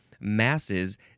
Masses